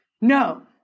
no